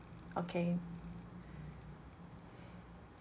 okay